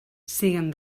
siguen